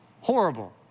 horrible